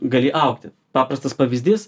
gali augti paprastas pavyzdys